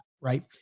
Right